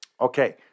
Okay